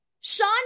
Sean